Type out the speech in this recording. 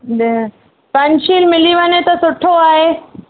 न पंचशील मिली वञे त सुठो आहे